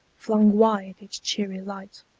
flung wide its cheery light.